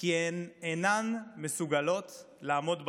כי הן אינן מסוגלות לעמוד בלחץ.